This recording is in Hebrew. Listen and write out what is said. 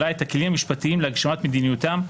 את הכלים המשפטיים להגשמת מדיניותם,